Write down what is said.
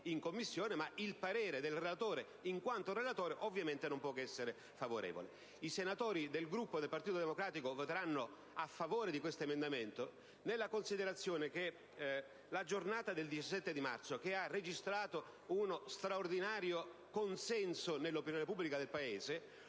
in Commissione, ma il parere del relatore in quanto relatore non può che essere ovviamente favorevole. I senatori del Partito Democratico voteranno a favore di questo emendamento nella considerazione che la giornata del 17 marzo, che ha registrato uno straordinario consenso nell'opinione pubblica del Paese,